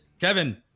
Kevin